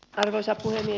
arvoisa puhemies